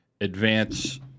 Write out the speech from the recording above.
advance